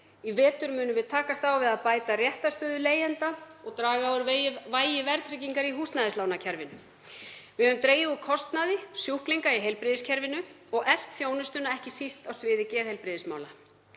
Í vetur munum við takast á við að bæta réttarstöðu leigjenda og draga úr vægi verðtryggingar í húsnæðislánakerfinu. Við höfum dregið úr kostnaði sjúklinga í heilbrigðiskerfinu og eflt þjónustuna, ekki síst á sviði geðheilbrigðismála.